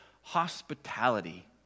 hospitality